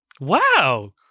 Wow